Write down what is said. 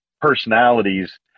personalities